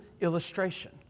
illustration